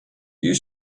you